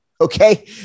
okay